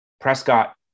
Prescott